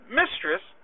mistress